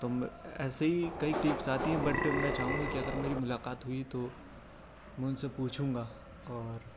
تو ایسے ہی کئی کلپس آتی ہیں بٹ میں چاہوں گا کہ اگر میری ملاقات ہوئی تو میں ان سے پوچھوں گا اور